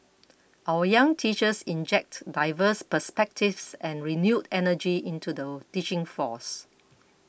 our young teachers inject diverse perspectives and renewed energy into the teaching force